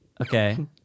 Okay